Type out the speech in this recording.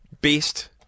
best